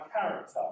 character